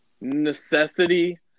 necessity